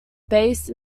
base